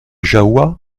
jahoua